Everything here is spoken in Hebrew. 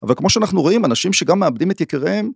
אבל כמו שאנחנו רואים, אנשים שגם מאבדים את יקיריהם...